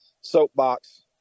soapbox